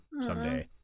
someday